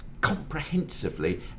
comprehensively